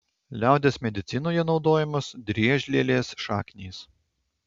liaudies medicinoje naudojamos driežlielės šaknys